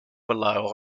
below